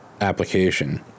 application